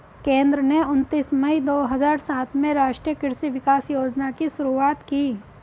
केंद्र ने उनतीस मई दो हजार सात में राष्ट्रीय कृषि विकास योजना की शुरूआत की